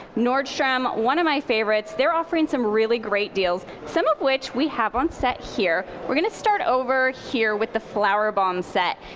nordstrom, one of my favorites, they're offering some really great deals. some of which we have on set here. we're going to start over here with the flower um set.